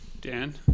Dan